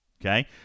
okay